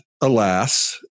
alas